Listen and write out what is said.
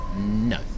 no